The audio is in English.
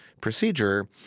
procedure